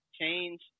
change